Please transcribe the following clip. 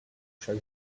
však